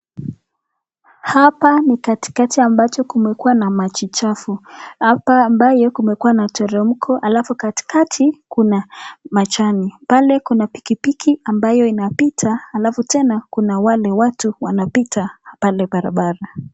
Hapa ni katikati ambacho kumekuwa na maji chafu ,hapa ambayo kumekuwa na teremko alafu katikati kuna majani. Pale kuna pikipiki ambayo inapita alafu tena kuna wale watu wanapita pale barabara.